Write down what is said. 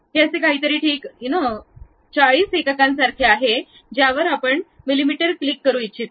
हे असे काहीतरी ठीक 40 एककांसारखे आहे ज्यावर आपण मिमी क्लिक करू इच्छिता